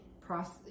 process